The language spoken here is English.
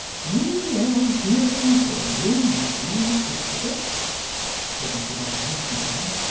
we are here before you, you see, christopher said mr garland smiling.